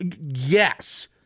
yes